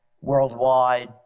worldwide